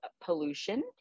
pollution